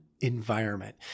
environment